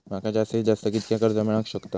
माका जास्तीत जास्त कितक्या कर्ज मेलाक शकता?